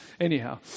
Anyhow